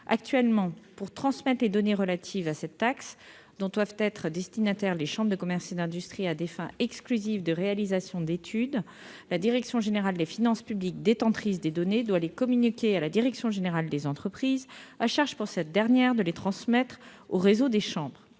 Actuellement, pour transmettre des données relatives à cette taxe, dont doivent être destinataires les chambres de commerce et d'industrie à des fins exclusives de réalisation d'études, la direction générale des finances publiques, détentrice des données, doit les communiquer à la direction générale des entreprises. Il appartient ensuite à cette dernière de les transmettre au réseau des chambres.